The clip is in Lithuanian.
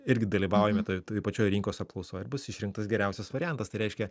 irgi dalyvaujame toj pačioj rinkos apklausoj ir bus išrinktas geriausias variantas tai reiškia